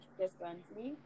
differently